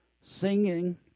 singing